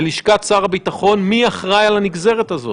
בלשכת שר הביטחון מי אחראי על הנגזרת הזאת.